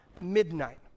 midnight